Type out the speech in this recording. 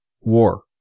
war